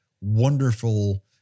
wonderful